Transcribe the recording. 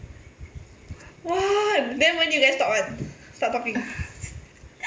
one then when did you guys talk one start talking